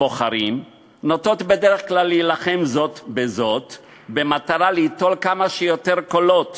בוחרים נוטות בדרך כלל להילחם זו בזו במטרה ליטול כמה שיותר קולות